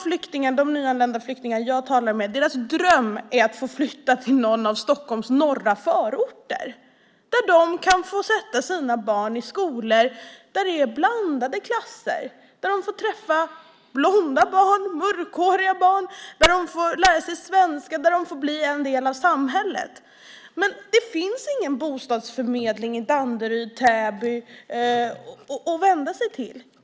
Drömmen för de nyanlända flyktingar som jag talar med är att få flytta till någon av Stockholms norra förorter, där de kan få sätta sina barn i skolor där det är blandade klasser, där de får träffa blonda barn, mörkhåriga barn, där de får lära sig svenska, där de får blir en del av samhället. Men det finns ingen bostadsförmedling i Danderyd eller Täby att vända sig till.